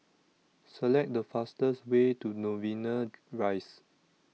Select The fastest Way to Novena Rise